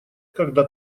когда